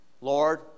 Lord